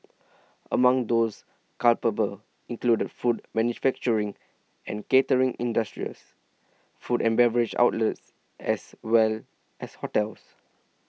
among those culpable included food manufacturing and catering industries food and beverage outlets as well as hotels